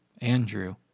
Andrew